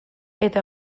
eta